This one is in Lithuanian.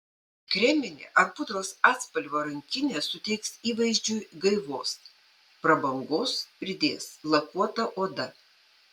kreminė ar pudros atspalvio rankinė suteiks įvaizdžiui gaivos prabangos pridės lakuota oda